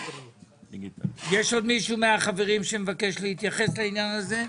יש עוד מישהו מהחברים שמבקש להתייחס לעניין הזה?